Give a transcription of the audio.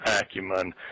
acumen